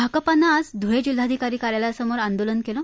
भाकपानं आज धूळे जिल्हाधिकारी कार्यालयासमोर आंदोलन केलं